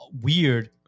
Weird